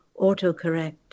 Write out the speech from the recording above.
autocorrect